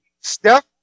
Steph